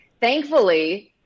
Thankfully